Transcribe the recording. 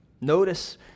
Notice